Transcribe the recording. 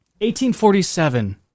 1847